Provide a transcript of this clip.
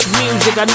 music